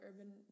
urban